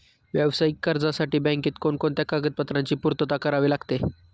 व्यावसायिक कर्जासाठी बँकेत कोणकोणत्या कागदपत्रांची पूर्तता करावी लागते?